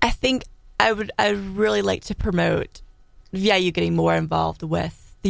i think i would i really like to promote yeah you getting more involved with the